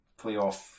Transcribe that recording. playoff